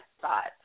thoughts